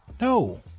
No